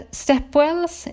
stepwells